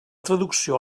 traducció